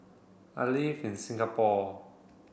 I live in Singapore